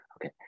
Okay